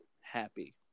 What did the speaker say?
happy